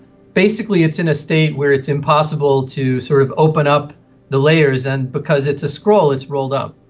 basically it's in a state where it's impossible to sort of open up the layers. and because it's a scroll, it's rolled up.